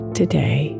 today